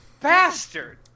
bastard